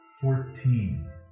Fourteen